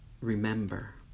remember